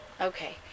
Okay